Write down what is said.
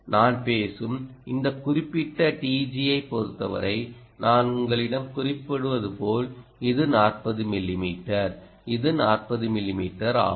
நாம் பேசும் இந்த குறிப்பிட்ட TEG ஐப் பொறுத்தவரை நான் உங்களிடம் குறிப்பிடுவது போல் இது 40 மிமீ இது 40 மிமீ ஆகும்